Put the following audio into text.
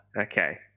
Okay